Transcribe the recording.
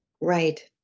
right